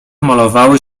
malowały